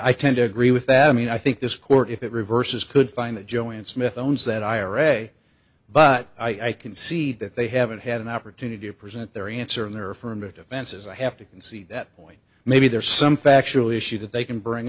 i tend to agree with that i mean i think this court if it reverses could find that joey and smith owns that ira but i can see that they haven't had an opportunity to present their answer in their affirmative answer is i have to concede that point maybe there's some factual issue that they can bring